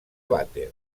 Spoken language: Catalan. vàter